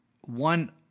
One